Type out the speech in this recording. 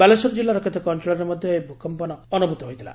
ବାଲେଶ୍ୱର ଜିଲ୍ଲାର କେତେକ ଅଞ୍ଞଳରେ ମଧ ଏ ଭୂକମ୍ମନ ଅନୁଭୂତ ହୋଇଥିଲା